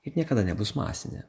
ir niekada nebus masinė